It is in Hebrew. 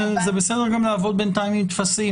זה גם בסדר לעבוד בינתיים עם טפסים,